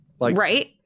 Right